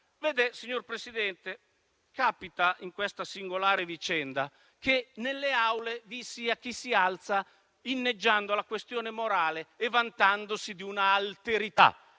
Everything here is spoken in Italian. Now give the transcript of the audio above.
Meloni. Signor Presidente, capita in questa singolare vicenda che nelle Aule vi sia chi si alza inneggiando la questione morale e vantandosi di una alterità